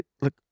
look